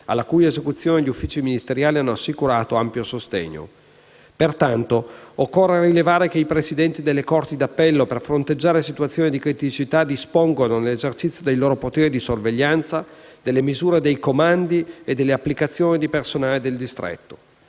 alla cui esecuzione gli uffici ministeriali hanno assicurato ampio sostegno. Peraltro, occorre rilevare che i presidenti delle corti d'appello, per fronteggiare situazioni di criticità, dispongono, nell'esercizio dei loro poteri di sorveglianza, delle misure dei comandi e delle applicazioni di personale del distretto.